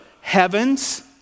heavens